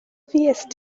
fuest